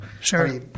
Sure